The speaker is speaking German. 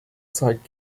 zeigt